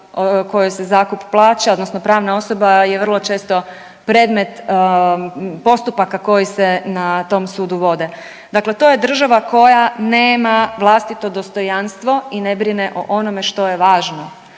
kojoj se zakup plaća odnosno pravna osoba je vrlo često predmet postupaka koji se na tom sudu vode. Dakle, to je država koja nema vlastito dostojanstvo i ne brine o onome što je važno.